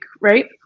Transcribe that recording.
Right